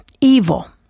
evil